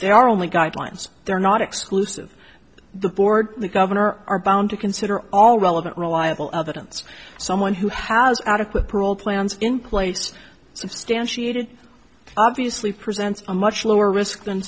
they are only guidelines they're not exclusive the board the governor are bound to consider all relevant reliable evidence someone who has adequate parole plans in place substantiated obviously present a much lower risk than